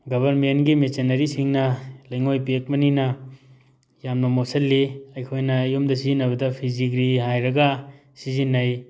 ꯒꯕꯔꯃꯦꯟꯒꯤ ꯃꯦꯆꯤꯟꯅꯔꯤꯁꯤꯡꯅ ꯂꯩꯉꯣꯏ ꯄꯦꯛꯄꯅꯤꯅ ꯌꯥꯝꯅ ꯃꯣꯠꯁꯜꯂꯤ ꯑꯩꯈꯣꯏꯅ ꯌꯨꯝꯗ ꯁꯤꯖꯤꯟꯅꯕꯗ ꯐꯤꯖꯤꯒ꯭ꯔꯤ ꯍꯥꯏꯔꯒ ꯁꯤꯖꯤꯟꯅꯩ